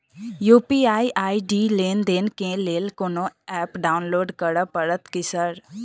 UPI ID लेनदेन केँ लेल कोनो ऐप डाउनलोड करऽ पड़तय की सर?